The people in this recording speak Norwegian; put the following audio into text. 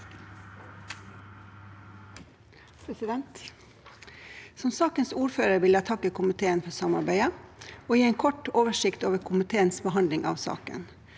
Som sakens ordfører vil jeg takke komiteen for samarbeidet og gi en kort oversikt over komiteens behandling av saken.